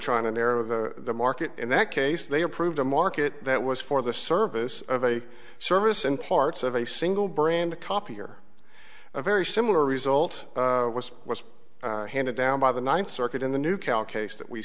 trying to narrow the market in that case they approved a market that was for the service of a service and parts of a single brand the copier a very similar result was was handed down by the ninth circuit in the new cal case that we